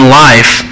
life